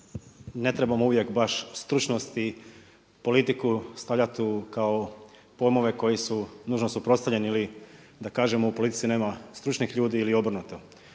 ne trebamo uvijek baš stručnost i politiku stavljati kao pojmove koji su nužno suprotstavljeni ili da kažemo u politici nema stručnih ljudi ili obrnuto.